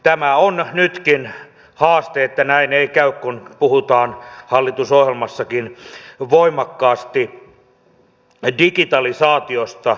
tämä on nytkin haaste että näin ei käy kun puhutaan hallitusohjelmassakin voimakkaasti digitalisaatiosta